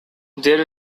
there